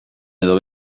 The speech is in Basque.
edo